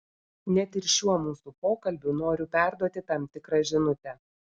net ir šiuo mūsų pokalbiu noriu perduoti tam tikrą žinutę